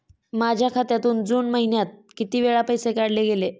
माझ्या खात्यातून जून महिन्यात किती वेळा पैसे काढले गेले?